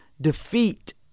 Defeat